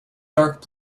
dark